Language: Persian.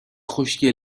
خشکی